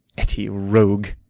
etty a rogue!